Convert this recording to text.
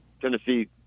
Tennessee